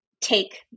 take